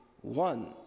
one